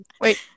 Wait